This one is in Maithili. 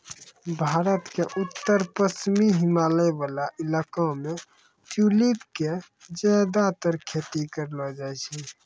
भारत के उत्तर पश्चिमी हिमालय वाला इलाका मॅ ट्यूलिप के ज्यादातर खेती करलो जाय छै